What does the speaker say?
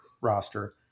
roster